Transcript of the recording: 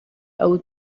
old